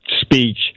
speech